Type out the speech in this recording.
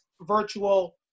virtual